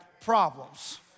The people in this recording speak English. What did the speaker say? problems